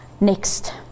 Next